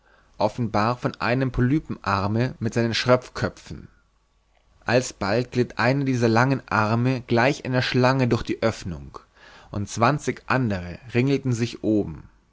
offenbar von einem polypenarme mit seinen schröpfköpfen alsbald glitt einer dieser langen arme gleich einer schlange durch die oeffnung und zwanzig andere ringelten sich oben